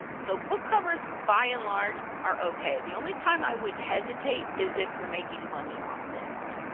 so book covers, by and large, are okay. the only time i would hesitate is if you're making money off the image.